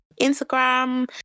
instagram